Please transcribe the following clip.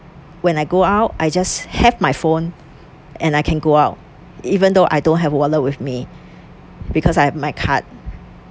when I go out I just have my phone and I can go out even though I don't have wallet with me because I have my card